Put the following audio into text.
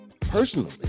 personally